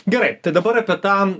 gerai tai dabar apie tą